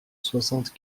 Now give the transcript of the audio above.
soixante